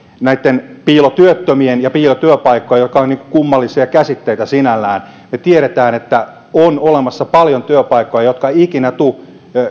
näitten piilotyöttömien ja piilotyöpaikkojen suhteen jotka ovat kummallisia käsitteitä sinällään me tiedämme että on olemassa paljon työpaikkoja jotka eivät ikinä tule